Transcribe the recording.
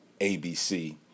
ABC